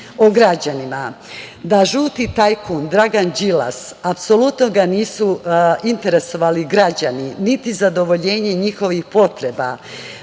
o građanima. Da žutog tajkuna Dragana Đilasa apsolutno nisu interesovali građani, niti zadovoljenje njihovih potreba